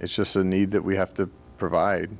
it's just a need that we have to provide